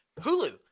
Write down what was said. Hulu